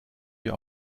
wir